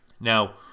Now